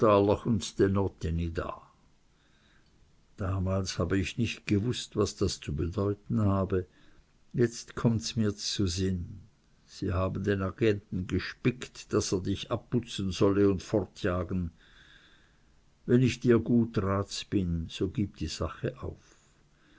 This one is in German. damals habe ich nicht gewußt was das zu bedeuten habe jetzt kommt's m'r z'sinn sie haben den agent g'spickt daß er dich abputzen solle und fortjagen wenn ich dir guts rats bin so gib die sach auf